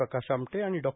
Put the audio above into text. प्रकाश आमटे आणि डॉ